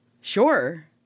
Sure